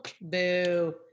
Boo